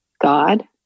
God